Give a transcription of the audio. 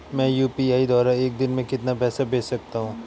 मैं यू.पी.आई द्वारा एक दिन में कितना पैसा भेज सकता हूँ?